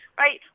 right